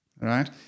right